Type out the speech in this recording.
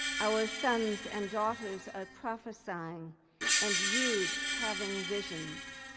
our sons and daughters are prophesying and youths having visions,